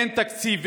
אין תקציב,